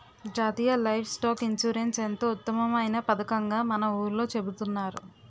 జాతీయ livestock insurance ఎంతో ఉత్తమమైన పదకంగా మన ఊర్లో చెబుతున్నారు